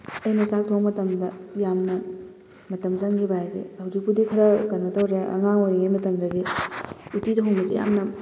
ꯑꯩꯅ ꯆꯥꯛ ꯊꯣꯡ ꯃꯇꯝꯗ ꯌꯥꯝꯅ ꯃꯇꯝ ꯆꯪꯈꯤꯕ ꯍꯥꯏꯔꯗꯤ ꯍꯧꯖꯤꯛꯄꯨꯗꯤ ꯈꯔ ꯀꯩꯅꯣ ꯇꯧꯔꯦ ꯑꯉꯥꯡ ꯑꯣꯏꯔꯤꯉꯩ ꯃꯇꯝꯗꯗꯤ ꯎꯇꯤ ꯊꯣꯡꯕꯁꯦ ꯌꯥꯝꯅ